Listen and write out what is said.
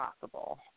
possible